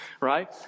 right